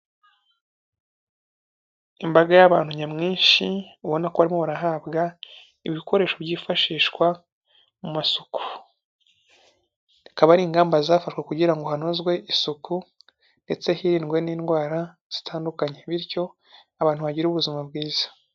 Imbaga y'abantu nyamwinshi ubona ko barimo barahabwa ibikoresho byishishwa mu masuku. Akaba ari ingamba zafashwe kugira ngo hanozwe isuku ndetse hirindwe n'indwara zitandukanye, bityo abantu bagire ubuzima bwiza.